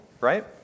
right